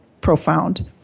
profound